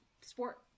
sport